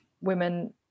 women